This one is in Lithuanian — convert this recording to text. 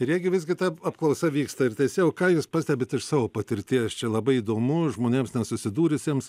ir jeigi visgi kaip apklausa vyksta teisėjau ką jūs pastebit iš savo patirties čia labai įdomu žmonėms nesusidūrusiems